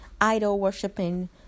idol-worshiping